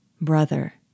Brother